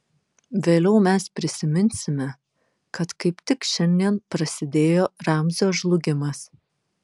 vėliau mes prisiminsime kad kaip tik šiandien prasidėjo ramzio žlugimas